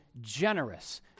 generous